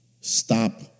Stop